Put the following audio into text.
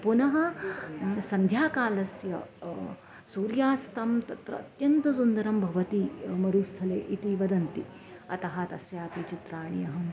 पुनः सन्ध्याकालस्य सूर्यास्तं तत्र अत्यन्तसुन्दरं भवति मरुस्थले इति वदन्ति अतः तस्यापि चित्राणि अहम्